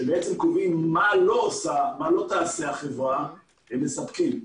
שקובעים מה לא תעשה החברה, הם מספקים.